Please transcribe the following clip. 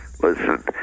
Listen